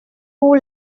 pour